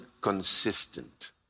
consistent